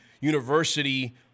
university